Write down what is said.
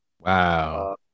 wow